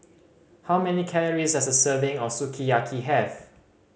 how many calories does a serving of Sukiyaki have